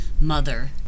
mother